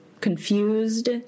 confused